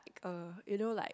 like uh you know like